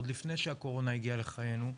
עוד לפני שהקורונה הגיעה לחיינו,